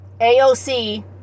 AOC